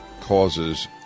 causes